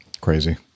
crazy